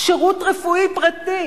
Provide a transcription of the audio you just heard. שירות רפואי פרטי